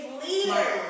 leaders